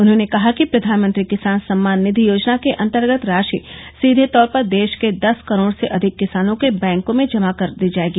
उन्होंने कहा कि प्रधानमंत्री किसान सम्मान निधि योजना के अंतर्गत राशि सीधे तौर पर देश के दस करोड़ से अधिक किसानों के बैंकों में जमा करा दी जाएगी